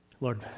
Lord